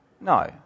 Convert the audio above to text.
No